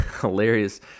hilarious